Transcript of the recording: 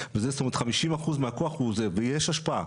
נכון, אוקיי.